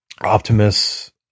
Optimus